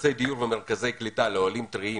מקבצי דיור ומרכזי קליטה לעולים טריים